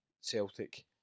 Celtic